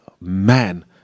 man